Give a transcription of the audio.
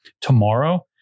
Tomorrow